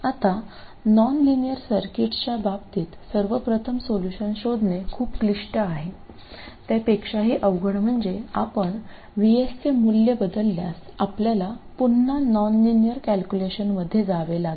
आता नॉनलिनियर सर्किट्सच्या बाबतीत सर्वप्रथम सोल्युशन शोधणे खूप क्लिष्ट आहे त्यापेक्षाही अवघड म्हणजे आपण VSचे मूल्य बदलल्यास आपल्याला पुन्हा नॉनलिनियर कॅल्क्युलेशनमध्ये जावे लागेल